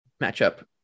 matchup